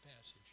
passage